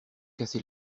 cassée